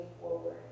forward